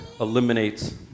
eliminates